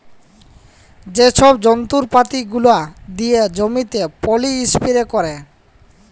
যে ছব যল্তরপাতি গুলা দিয়ে জমিতে পলী ইস্পেরে ক্যারে